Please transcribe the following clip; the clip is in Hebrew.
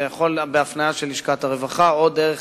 זה יכול להיות בהפניה של לשכת הרווחה או דרך